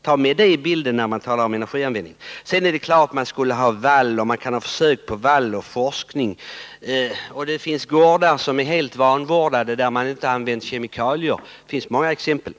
Ta med det i bilden när det talas om energianvändning, Bengt Silfverstrand! Det är klart att man kan göra försök med vall och göra forskningsinsatser. Det finns gårdar där man inte använt kemikalier och som är helt vanvårdade — det finns det många exempel på.